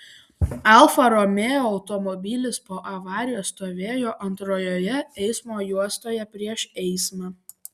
alfa romeo automobilis po avarijos stovėjo antrojoje eismo juostoje prieš eismą